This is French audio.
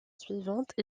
suivante